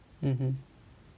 mmhmm